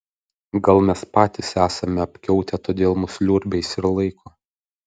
gal mes patys esame apkiautę todėl mus liurbiais ir laiko